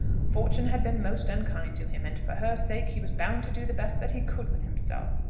fortune had been most unkind to him, and for her sake he was bound to do the best that he could with himself.